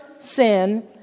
sin